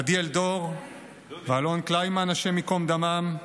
עדי אלדור ואלון קליינמן, השם ייקום דמם,